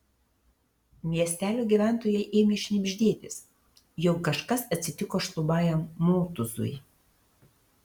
miestelio gyventojai ėmė šnibždėtis jog kažkas atsitiko šlubajam motūzui